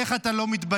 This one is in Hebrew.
איך אתה לא מתבייש?